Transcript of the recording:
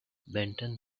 benton